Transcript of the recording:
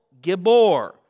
Gibor